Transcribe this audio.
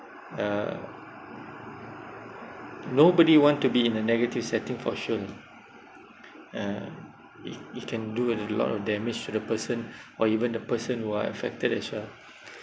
uh nobody want to be in a negative setting for sure lah uh it it can do a lot of damage to the person or even the person who are affected as well